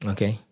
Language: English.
Okay